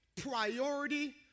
priority